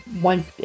one